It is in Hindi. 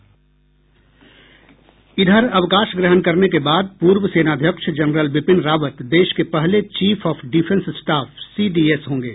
अवकाश ग्रहाण करने के बाद पूर्व सेनाध्यक्ष जनरल विपिन रावत देश के पहले chief of defence staff CDS होंगे